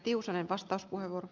arvoisa puhemies